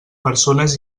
persones